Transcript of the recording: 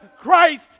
Christ